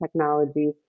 technology